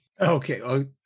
Okay